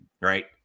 right